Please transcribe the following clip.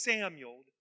Samuel